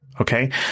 Okay